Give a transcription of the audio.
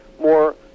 more